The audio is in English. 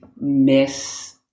miss